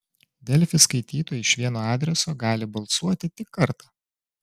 delfi skaitytojai iš vieno adreso gali balsuoti tik kartą